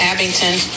Abington